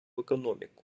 економіку